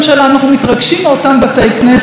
אנחנו מתרגשים מאותם בתי כנסת,